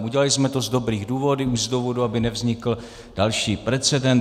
Udělali jsme to z dobrých důvodů, z důvodů, aby nevznikl další precedent.